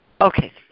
Okay